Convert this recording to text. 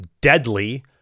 deadly